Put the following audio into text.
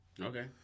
okay